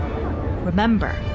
Remember